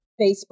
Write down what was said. facebook